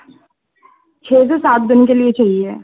छः से सात दिन के लिए चाहिए